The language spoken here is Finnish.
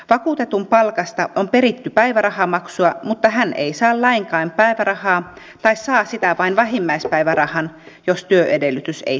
vakuutetun palkasta on peritty päivärahamaksua mutta hän ei saa lainkaan päivärahaa tai saa sitä vain vähimmäispäivärahan jos työedellytys ei täyty